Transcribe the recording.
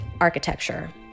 architecture